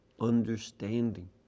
understanding